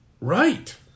Right